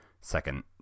second